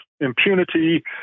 impunity